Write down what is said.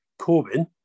Corbyn